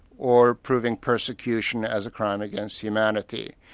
or proving persecution as a crime against humanity.